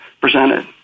presented